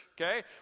Okay